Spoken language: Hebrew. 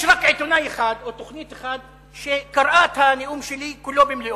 יש רק עיתונאי אחד או תוכנית אחת שקראה את הנאום שלי כולו,